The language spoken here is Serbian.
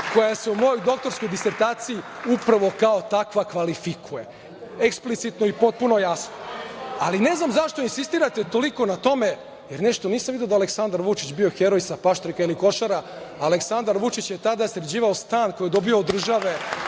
koja se u mojoj doktorskoj disertaciji upravo kao takva kvalifikuje, eksplicitno i potpuno jasno. Ali ne znam zašto insistirate toliko na tome, jer nešto nisam video da je Aleksandar Vučić bio heroj sa Paštrika ili Košara. Aleksandar Vučić je tada sređivao stan koji je dobio od države